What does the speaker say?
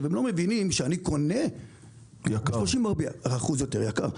הם לא מבינים שאני קונה ב-30% יותר יקר.